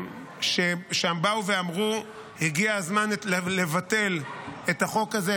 שבאו ואמרו שהגיע הזמן לבטל את החוק הזה,